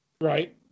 Right